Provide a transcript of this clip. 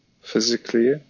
physically